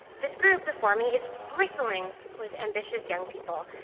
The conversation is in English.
this group before me is bristling with ambitious young people,